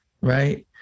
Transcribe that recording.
right